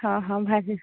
ହଁ ହଁ ଭାଜି